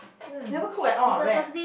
never cook at all rare